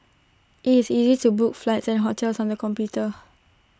IT is easy to book flights and hotels on the computer